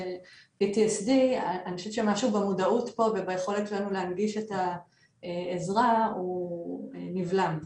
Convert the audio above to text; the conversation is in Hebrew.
אני חושבת שמשהו במודעות פה וביכולת שלנו להנגיש את העזרה הוא נבלם.